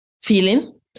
feeling